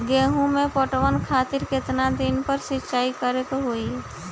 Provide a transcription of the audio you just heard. गेहूं में पटवन खातिर केतना दिन पर सिंचाई करें के होई?